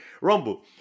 Rumble